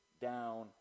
down